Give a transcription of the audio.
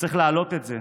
צריך להעלות את זה,